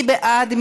מי בעד?